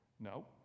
No